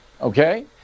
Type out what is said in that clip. Okay